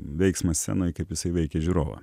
veiksmas scenoj kaip jisai veikia žiūrovą